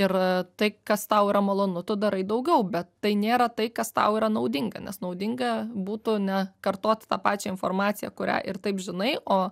ir tai kas tau yra malonu tu darai daugiau bet tai nėra tai kas tau yra naudinga nes naudinga būtų ne kartot tą pačią informaciją kurią ir taip žinai o